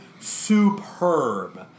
superb